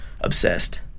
obsessed